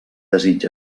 desig